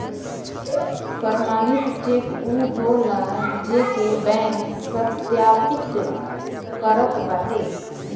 प्रमाणित चेक उ होला जेके बैंक सत्यापित करत बाटे